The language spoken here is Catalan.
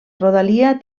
rodalia